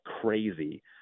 crazy